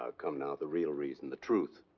ah come now. the real reason. the truth.